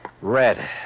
Red